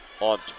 on